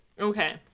Okay